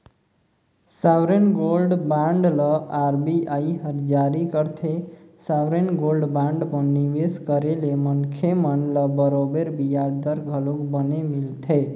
sovereign gold bond ल RBI हर जारी करथे, सॉवरेन गोल्ड बांड म निवेस करे ले मनखे मन ल बरोबर बियाज दर घलोक बने मिलथे